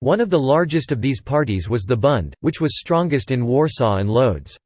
one of the largest of these parties was the bund, which was strongest in warsaw and lodz.